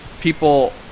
people